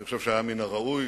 אני חושב שהיה מן הראוי